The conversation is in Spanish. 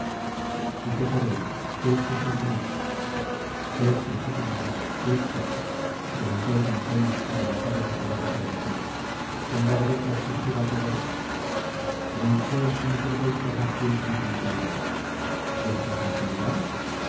y qué queréis qué exigís de mí qué exijo señora qué exijo preguntó el doncel arrebatado de su loco frenesí tengo derecho a exigir algo de vos huid pues y no turbéis por más tiempo mi tranquilidad vuestra tranquilidad